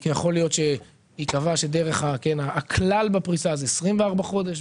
כי יכול להיות שבסוף ייקבע שהכלל בפריסה זה 24 חודש,